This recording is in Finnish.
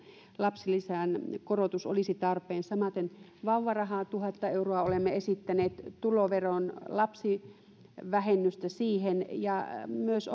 lapsilisän korotus olisi tarpeen samaten vauvarahaa tuhatta euroa olemme esittäneet tuloveron lapsivähennystä ja myös